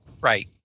right